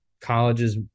colleges